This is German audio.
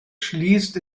schließt